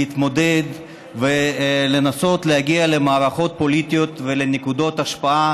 להתמודד ולנסות להגיע למערכות פוליטיות ולנקודות השפעה.